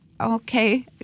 okay